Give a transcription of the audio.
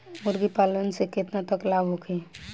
मुर्गी पालन से केतना तक लाभ होखे?